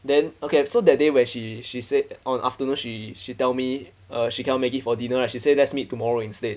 then okay so that day where she she said on afternoon she she tell me uh she cannot make it for dinner right she say let's meet tomorrow instead